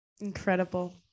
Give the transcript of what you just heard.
Incredible